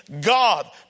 God